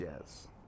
Yes